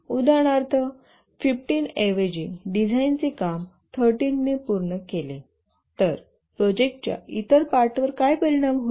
उदाहरणार्थ 15 ऐवजी डिझाइनचे काम 13 ने पूर्ण केले तर प्रोजेक्टच्या इतर पार्टवर काय परिणाम होईल